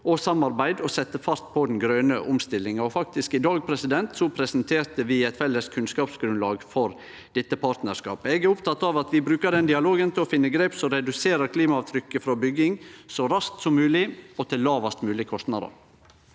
og samarbeid og setje fart på den grøne omstillinga, og faktisk i dag presenterte vi eit felles kunnskapsgrunnlag for dette partnarskapet. Eg er oppteken av at vi brukar den dialogen til å finne grep som reduserer klimaavtrykket frå bygging – så raskt som mogleg og til lågast mogleg kostnad.